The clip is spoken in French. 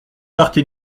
partez